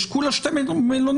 יש כולה שתי מלוניות.